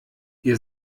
ihr